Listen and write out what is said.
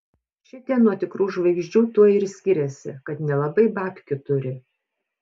šitie nuo tikrų žvaigždžių tuo ir skiriasi kad nelabai babkių turi